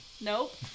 Nope